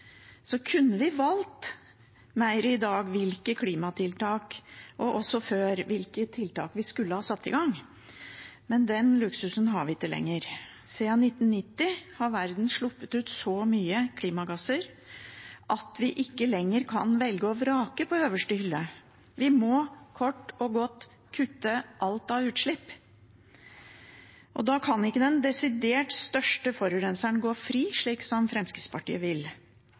kunne vi i dag og også før valgt hvilke klimatiltak vi skulle sette i gang. Men den luksusen har vi ikke lenger. Siden 1990 har verden sluppet ut så mye klimagasser at vi ikke lenger kan velge og vrake på øverste hylle. Vi må kort og godt kutte alt av utslipp. Da kan ikke den desidert største forurenseren gå fri, slik som Fremskrittspartiet vil.